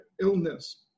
illness